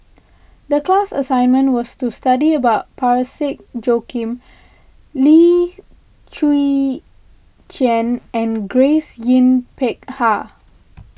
the class assignment was to study about Parsick Joaquim Lim Chwee Chian and Grace Yin Peck Ha